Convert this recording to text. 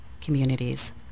communities